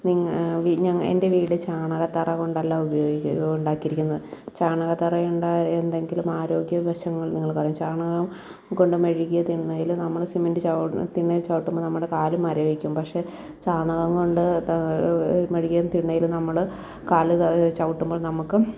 നിങ്ങള് ഞങ്ങള് എന്റെ വീട് ചാണകത്തറകൊണ്ടല്ല ഉപയോഗിക്കുന്ന ഉണ്ടാക്കിയിരിക്കുന്ന ചാണകത്തറയുണ്ടായ എന്തെങ്കിലും ആരോഗ്യവശങ്ങള് നിങ്ങള്ക്കറിയാം ചാണകം കൊണ്ടു മെഴുകിയ തിണ്ണയില് നമ്മള് സിമന്റ് ചവി തിണ്ണേ ചവിട്ടുമ്പോള് നമ്മുടെ കാല് മരവിക്കും പക്ഷെ ചാണകം കൊണ്ട് മെഴുകിയ തിണ്ണയിൽ നമ്മള് കാല് ചവുട്ടുമ്പോള് നമ്മള്ക്ക്